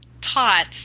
taught